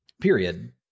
Period